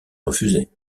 refusé